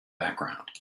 background